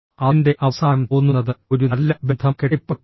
അതിന്റെ അവസാനം തോന്നുന്നത് ഒരു നല്ല ബന്ധം കെട്ടിപ്പടുക്കുന്നു